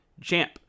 champ